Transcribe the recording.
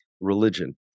religion